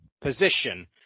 position